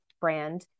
brand